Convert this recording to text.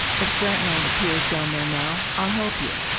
if grantline appears down there now, i'll help you.